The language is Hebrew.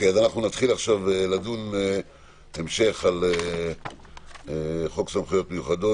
נתחיל עכשיו לדון על המשך חוק סמכויות מיוחדות